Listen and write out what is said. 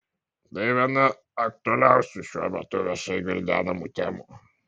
tai viena aktualiausių šiuo metu viešai gvildenamų temų